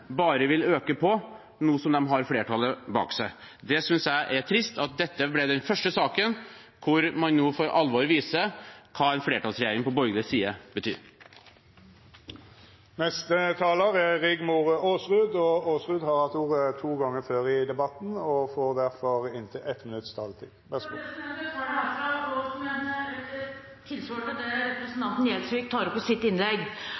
bare vil øke, nå som man har flertallet bak seg. Jeg synes det er trist at dette ble den første saken hvor man for alvor viser hva en flertallsregjering på borgerlig side betyr. Representanten Rigmor Aasrud har hatt ordet to gonger tidlegare og får ordet til ein kort merknad, avgrensa til 1 minutt. Jeg tar ordet for å svare på det representanten Gjelsvik tok opp i sitt innlegg.